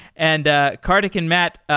and ah karthik and matt,